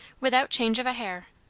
without change of a hair,